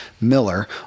Miller